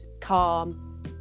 calm